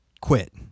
quit